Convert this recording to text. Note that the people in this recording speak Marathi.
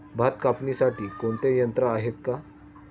भात कापणीसाठी कोणते यंत्र आहेत का?